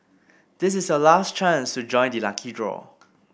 this is your last chance to join the lucky draw